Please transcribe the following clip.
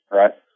right